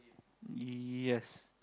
yes